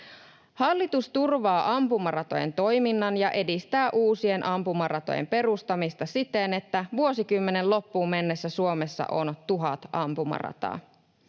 Hallitus turvaa ampumaratojen toiminnan ja edistää uusien ampumaratojen perustamista siten, että vuosikymmenen loppuun mennessä Suomessa on tuhat ampumarataa.